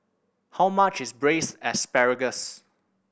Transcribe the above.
how much is Braised Asparagus